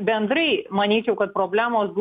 bendrai manyčiau kad problemos